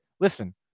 Listen